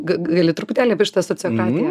ga gali truputėlį apie šitą sociokratiją